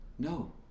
No